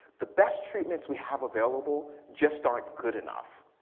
the best treatments we have available. just aren't good enough.